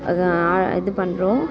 அதை இது பண்ணுறோம்